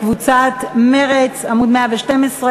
מעונות-יום ומשפחתונים,